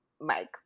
Mike